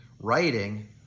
writing